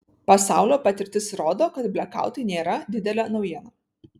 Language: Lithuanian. pasaulio patirtis rodo kad blekautai nėra didelė naujiena